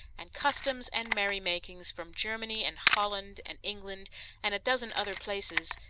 and customs and merry-makings from germany, and holland, and england and a dozen other places,